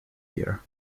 here